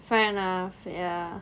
fair enough ya